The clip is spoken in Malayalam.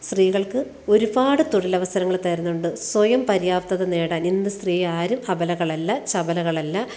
സ്ത്രീകൾക്ക് ഒരുപാട് തൊഴിലവസരങ്ങൾ തരുന്നുണ്ട് സ്വയംപര്യാപ്തത നേടാൻ ഇന്ന് സ്ത്രീ ആരും അപലകളല്ല ചപലകളല്ല